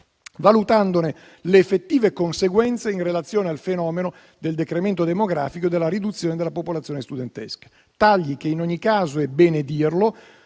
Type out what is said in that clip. valutandone le effettive conseguenze in relazione al fenomeno del decremento demografico e della riduzione della popolazione studentesca. Questi tagli in ogni caso, è bene dirlo